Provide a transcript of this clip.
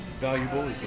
valuable